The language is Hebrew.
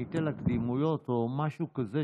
אני אתן לה קדימות או משהו כזה,